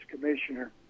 commissioner